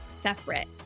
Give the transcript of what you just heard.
separate